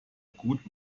gut